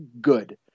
good